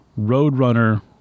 Roadrunner